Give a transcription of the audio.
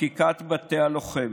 חקיקת בתי הלוחם.